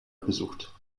besucht